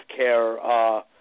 healthcare